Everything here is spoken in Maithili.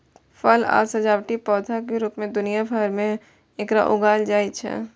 फल आ सजावटी पौधाक रूप मे दुनिया भरि मे एकरा उगायल जाइ छै